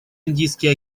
индийский